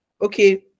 okay